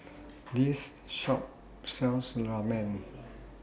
This Shop sells Ramen